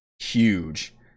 Huge